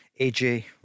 AJ